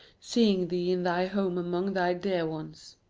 seeing thee in thy home among thy dear ones.